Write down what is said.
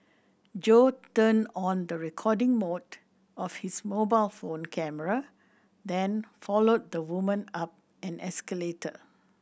Jo turned on the recording mode of his mobile phone camera then followed the woman up an escalator